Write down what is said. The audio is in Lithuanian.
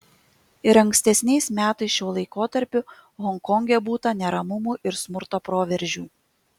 ir ankstesniais metais šiuo laikotarpiu honkonge būta neramumų ir smurto proveržių